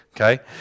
okay